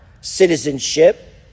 citizenship